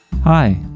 Hi